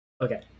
Okay